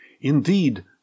Indeed